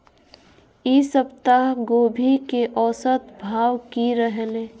ई सप्ताह गोभी के औसत भाव की रहले?